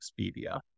Expedia